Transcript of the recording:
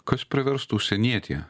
kas priverstų užsienietį